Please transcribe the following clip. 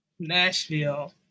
Nashville